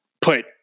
put